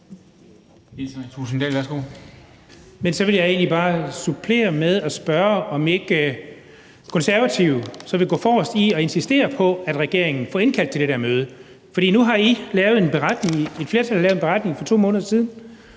Så vil jeg egentlig bare supplere med at spørge, om ikke De Konservative så vil gå forrest i at insistere på, at regeringen får indkaldt til det der møde. For nu har I, et flertal, lavet en beretning for 2 måneder siden,